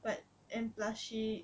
but and plus she